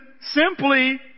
simply